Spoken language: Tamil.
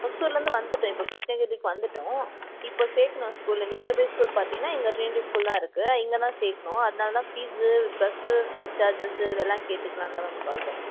ஒசூரில் இருந்து வந்துவிட்டோம் இப்போ கிருஷ்ணகிரிக்கு வந்துவிட்டோம் இப்போ சேர்க்கணும் ஸ்கூலில் நியர்பை ஸ்கூல் பார்த்திங்கன்னா டிரினிட்டி ஸ்கூல்தான் இருக்கு இங்கேதான் சேர்க்கணும் அதனால்தான் ஃபீஸ்ஸு பஸ்ஸு சார்ஜஸு இதெல்லாம் கேட்டுக்கலாம் கால் பண்ணேன்